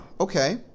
okay